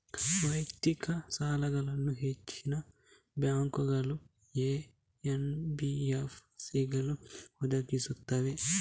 ವೈಯಕ್ತಿಕ ಸಾಲಗಳನ್ನು ಹೆಚ್ಚಿನ ಬ್ಯಾಂಕುಗಳು, ಎನ್.ಬಿ.ಎಫ್.ಸಿಗಳು ಒದಗಿಸುತ್ತವೆ